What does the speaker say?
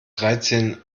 dreizehn